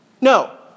no